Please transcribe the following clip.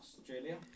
Australia